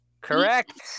Correct